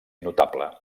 notable